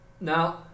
Now